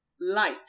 light